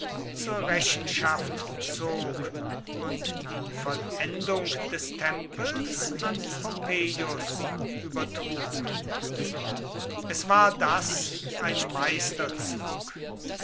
zur rechenschaft zog und die vollendung des tempels an pompeius übertrug es war das ein meisterzug